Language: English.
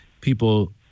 people